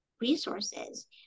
resources